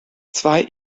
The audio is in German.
zwei